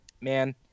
man